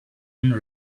and